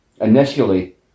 initially